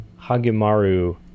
Hagemaru